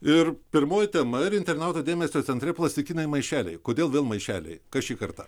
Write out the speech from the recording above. ir pirmoji tema ir internautų dėmesio centre plastikiniai maišeliai kodėl vėl maišeliai kas šį kartą